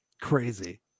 Crazy